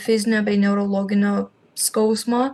fizinio bei neurologinio skausmo